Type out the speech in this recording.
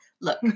Look